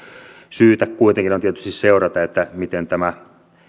syytä kuitenkin on tietysti seurata miten tämä